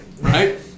Right